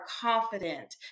confident